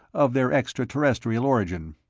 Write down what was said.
of their extraterrestrial origin.